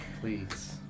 Please